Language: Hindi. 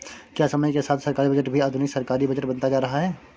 क्या समय के साथ सरकारी बजट भी आधुनिक सरकारी बजट बनता जा रहा है?